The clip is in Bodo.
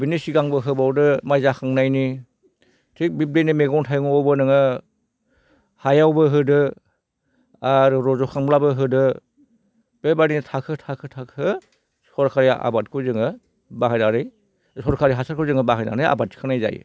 बिनि सिगांबो होबावदो माइ जाखांनायनि थिक बिब्दिनो मेगं थाइगंआवबो नोङो हायावबो होदो आरो रज' खांबाब्लो होदो बेबायदिनो थाखो थाखो थाखो सरकारि आबादखौ जोङो बाहायनानै सरकारि हासारखौ जोङो बाहायनानै आबाद थिखांनाय जायो